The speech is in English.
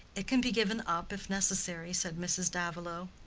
it can be given up, if necessary, said mrs. davilow.